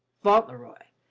fauntleroy,